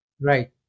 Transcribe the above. Right